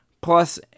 Plus